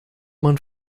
man